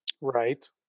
Right